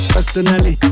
Personally